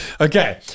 Okay